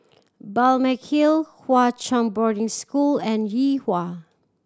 Balmeg Hill Hwa Chong Boarding School and Yuhua